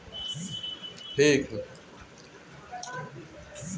कृषि विपणन में उ सब सेवा आजाला जवन की अनाज उपजला से लेके उपभोक्ता तक पहुंचवला में कईल जाला